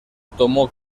tomó